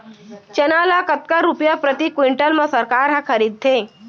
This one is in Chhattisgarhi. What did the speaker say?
चना ल कतका रुपिया प्रति क्विंटल म सरकार ह खरीदथे?